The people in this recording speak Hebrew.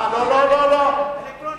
אלקטרונית.